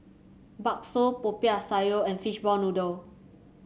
bakso Popiah Sayur and Fishball Noodle